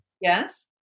Yes